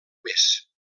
més